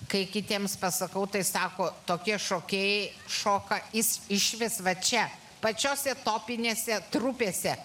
kai kitiems pasakau tai sako tokie šokėjai šoka jis išvis vat čia pačiose tropinėse trupėse